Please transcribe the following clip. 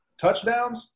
touchdowns